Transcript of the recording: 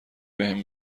بهم